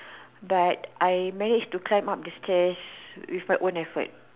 but I managed to climb up the stairs with my own effort